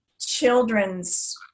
children's